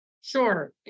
Sure